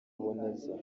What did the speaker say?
boneza